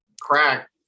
crack